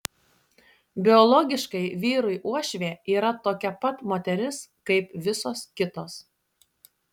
biologiškai vyrui uošvė yra tokia pat moteris kaip visos kitos